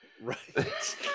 Right